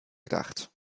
gedacht